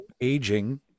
aging